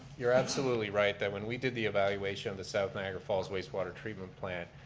you're absolutely right that when we did the evaluation of the south niagara falls wastewater treatment plant,